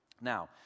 Now